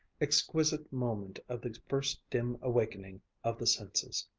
exquisite moment of first dim awakening of the senses.